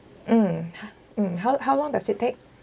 mm mm how how long does it take